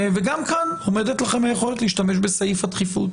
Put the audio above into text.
וגם כאן עומדת לכם היכולת להשתמש בסעיף הדחיפות.